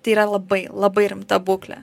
tai yra labai labai rimta būklė